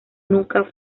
nunca